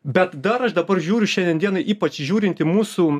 bet dar aš dabar žiūriu šiandien dienai ypač žiūrint į mūsų